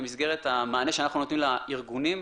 במסגרת המענה שאנחנו נותנים לארגונים,